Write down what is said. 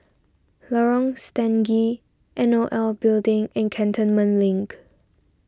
Lorong Stangee N O L Building and Cantonment Link